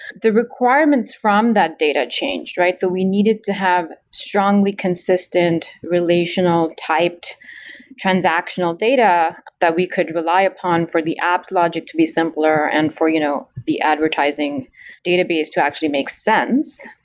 the requirements from that data changed. so we needed to have strongly consistent relational typed transactional data that we could rely upon for the apps logic to be simpler and for you know the advertising database to actually make sense.